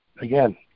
Again